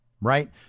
right